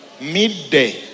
midday